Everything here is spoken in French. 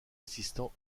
assistant